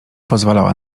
pozwalała